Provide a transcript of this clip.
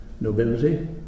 nobility